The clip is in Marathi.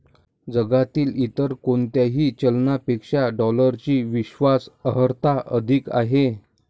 जगातील इतर कोणत्याही चलनापेक्षा डॉलरची विश्वास अर्हता अधिक आहे